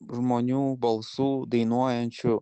žmonių balsų dainuojančių